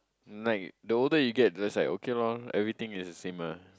like the older you get this right okay lor everything is the same ah